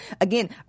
again